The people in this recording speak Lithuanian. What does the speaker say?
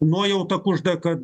nuojauta kužda kad